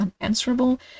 unanswerable